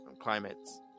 climates